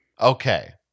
Okay